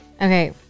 Okay